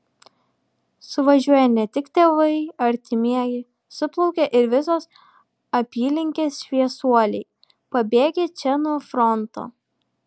suvažiuoja ne tik tėvai artimieji suplaukia ir visos apylinkės šviesuoliai pabėgę čia nuo fronto